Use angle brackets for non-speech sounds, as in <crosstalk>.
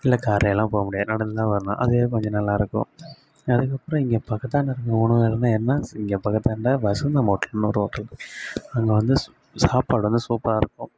இல்லை காரில் எல்லாம் போக முடியாது நடந்து தான் வரணும் அதே கொஞ்சம் நல்லாயிருக்கும் அதுக்கப்புறம் இங்கே பக்கத்தாண்ட இருக்க மூணு <unintelligible> என்ன இங்கே பக்கத்தாண்ட வசந்தம் ஹோட்டல்னு ஒரு ஹோட்டல் இருக்கு அங்கே வந்து சாப்பாடு வந்து சூப்பராக இருக்கும்